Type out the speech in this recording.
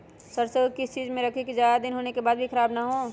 सरसो को किस चीज में रखे की ज्यादा दिन होने के बाद भी ख़राब ना हो?